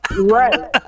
Right